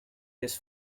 his